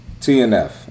TNF